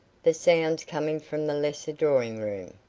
the sounds coming from the lesser drawing-room.